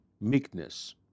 meekness